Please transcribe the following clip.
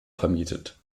vermietet